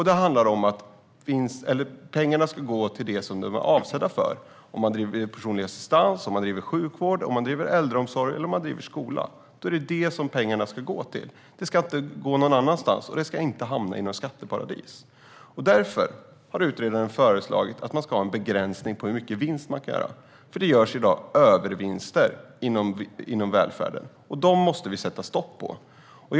Det handlar om att pengarna ska gå till det som de är avsedda för. Om man bedriver personlig assistans, sjukvård, äldreomsorg eller skola ska pengarna gå till detta. De ska inte gå till något annat, och de ska inte hamna i ett skatteparadis. Därför har utredaren föreslagit att man ska ha en begränsning av hur mycket vinst man får göra. I dag görs det övervinster inom välfärden, och dessa måste vi sätta stopp för.